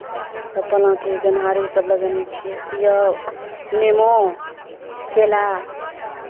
सभ पलाङ्की गेनहारी सभ लगयनै छियै सेब नेबो केरा